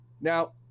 Now